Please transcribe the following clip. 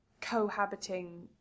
cohabiting